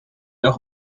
auch